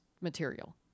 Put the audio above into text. material